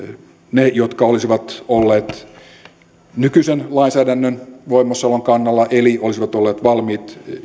ne jotka olisivat olleet nykyisen lainsäädännön voimassaolon kannalla eli olisivat olleet valmiita